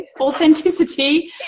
authenticity